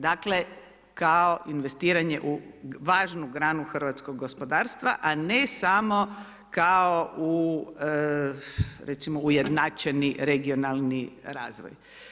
Dakle, kao investiranje u važnu granu hrvatskog gospodarstva, a ne samo kao u, recimo, ujednačeni regionalni razvoj.